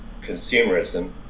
consumerism